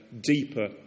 deeper